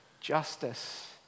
justice